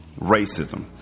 racism